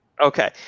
Okay